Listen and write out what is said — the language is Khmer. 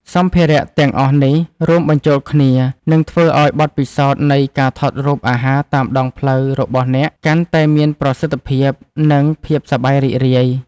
សម្ភារៈទាំងអស់នេះរួមបញ្ចូលគ្នា នឹងធ្វើឱ្យបទពិសោធន៍នៃការថតរូបអាហារតាមដងផ្លូវរបស់អ្នកកាន់តែមានប្រសិទ្ធភាព និងភាពសប្បាយរីករាយ។